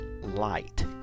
light